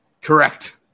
Correct